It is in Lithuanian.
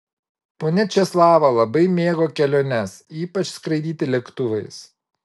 ponia česlava labai mėgo keliones ypač skraidyti lėktuvais